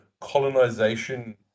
colonization